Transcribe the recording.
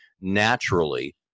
naturally